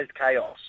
chaos